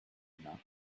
main